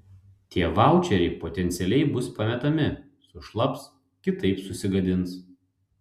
tie vaučeriai potencialiai bus pametami sušlaps kitaip susigadins